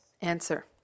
Answer